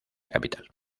capital